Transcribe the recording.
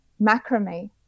macrame